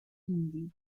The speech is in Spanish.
indio